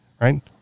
right